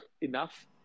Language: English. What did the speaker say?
enough